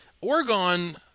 Oregon